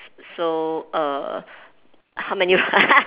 so err how many